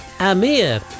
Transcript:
Amir